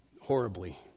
Horribly